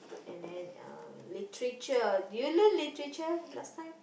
and then um Literature did you learn Literature last time